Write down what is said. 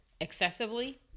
excessively